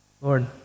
Lord